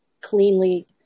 cleanly